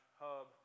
hub